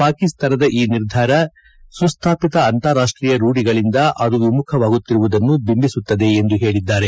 ಪಾಕಿಸ್ತಾನದ ಈ ನಿರ್ಧಾರ ಸುಸ್ಥಾಪಿತ ಅಂತಾರಾಷ್ಟೀಯ ರೂಢಿಗಳಿಂದ ಅದು ವಿಮುಖವಾಗುತ್ತಿರುವುದನ್ನು ಬಿಂಬಿಸುತ್ತದೆ ಎಂದು ಹೇಳಿದ್ದಾರೆ